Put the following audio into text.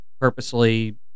purposely